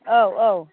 औ औ